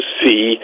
see